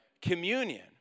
Communion